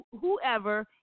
whoever